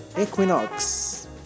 Equinox